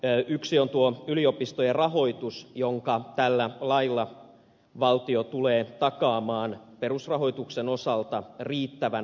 yksi on tuo ylipistojen rahoitus jonka tällä lailla valtio tulee takaamaan perusrahoituksen osalta riittävänä